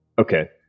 Okay